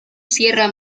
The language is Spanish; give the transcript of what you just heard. sierra